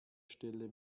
stelle